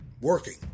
working